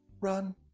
run